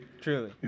Truly